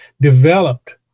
developed